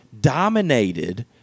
dominated